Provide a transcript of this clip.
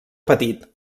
petit